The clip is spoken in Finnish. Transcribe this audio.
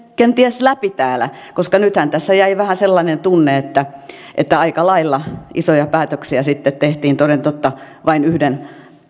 mennyt läpi täällä nythän tässä jäi vähän sellainen tunne että että aika lailla isoja päätöksiä sitten tehtiin toden totta vain yhden